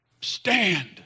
stand